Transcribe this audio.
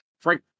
Frank